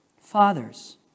fathers